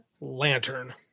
Lantern